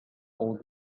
old